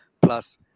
plus